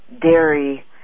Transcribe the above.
dairy